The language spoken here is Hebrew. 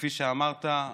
כפי שאמרת,